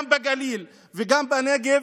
גם בגליל וגם בנגב,